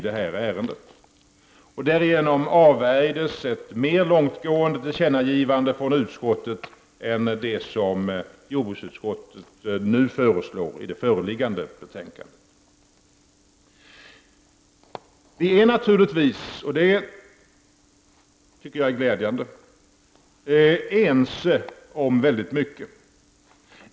Därigenom avvärjdes ett mer långtgående tillkännagivande än det som jordbruksutskottet nu föreslår i det föreliggande betänkandet. Vi är naturligtvis ense om många saker, och det tycker jag är glädjande.